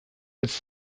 its